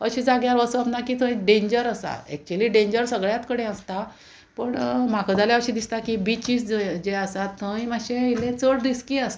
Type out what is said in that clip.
अशें जाग्यार वचप ना की थंय डेंजर आसा एक्चुली डेंजर सगळ्यात कडे आसता पूण म्हाका जाल्यार अशें दिसता की बिचीस जे आसा थंय मातशे येले चड रिस्की आसता